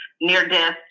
near-death